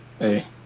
Hey